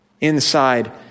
inside